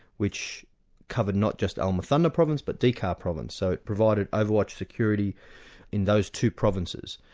which covered not just al muthanna province but dhi qar province. so it provided overwatch security in those two provinces.